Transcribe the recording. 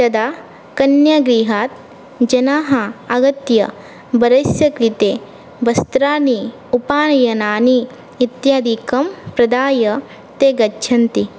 तदा कन्यागृहात् जनाः आगत्य वरस्य कृते वस्त्राणि उपायनानि इत्यादिकं प्रदाय ते गच्छन्ति